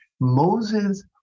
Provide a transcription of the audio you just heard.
Moses